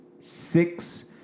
Six